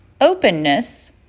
openness